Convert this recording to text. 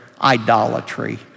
idolatry